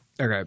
okay